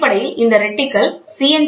எனவே அடிப்படையில் இந்த ரெட்டிகல்கள் சி